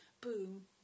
boom